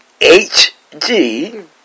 HG